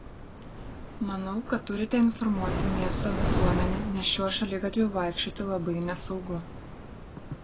manau kad turite informuoti miesto visuomenę nes šiuo šaligatviu vaikščioti labai nesaugu